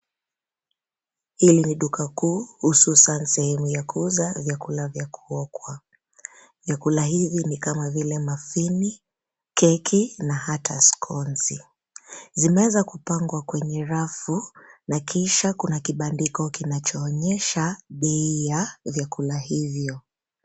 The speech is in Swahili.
Hili ni duka kuu, hususan sehemu ya kuuza vyakula vya kuokwa. Vyakula hivi ni kama vile: muffins , keki na hata scones . Zimeweza kupangwa kwenye rafu na kisha kuna kibandiko kinachoonyesha bei ya vyakula hivyo.